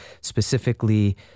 specifically